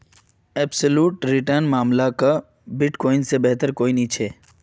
absolute return नेर मामला क बिटकॉइन से बेहतर कोई नी छे